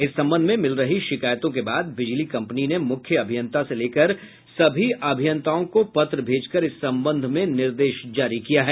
इस संबंध में मिल रही शिकायतों के बाद बिजली कंपनी ने मुख्य अभियंता से लेकर सभी अभियंताओं को पत्र भेजकर इस संबंध में निर्देश जारी किया है